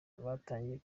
batangiye